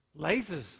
lasers